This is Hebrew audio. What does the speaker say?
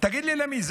תגיד לי למי.